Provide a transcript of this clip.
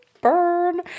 Burn